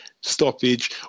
stoppage